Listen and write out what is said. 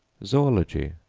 zoology,